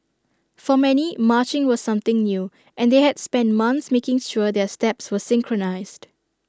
for many marching was something new and they had spent months making sure their steps were synchronised